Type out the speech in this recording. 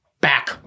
Back